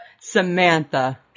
samantha